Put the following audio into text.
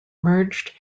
merged